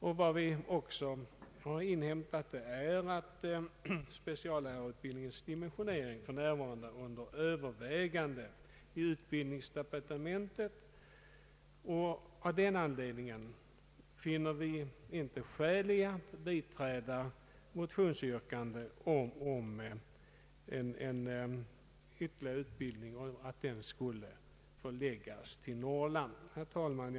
Vi har också inhämtat att speciallärarutbildningens dimensio nering för närvarande är under övervägande i utbildningsdepartementet. Av den anledningen finner vi inte skäl att biträda motionsyrkandet om utbyggnad av denna utbildning och inte heller göra något uttalande om förläggning av utbildningen till Norrland. Herr talman!